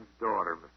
daughter